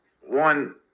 One